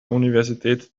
universität